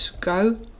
go